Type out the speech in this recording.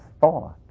thought